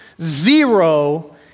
zero